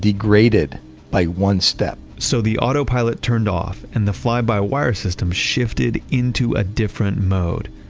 degraded by one step so the autopilot turned off and the fly-by-wire system shifted into a different mode.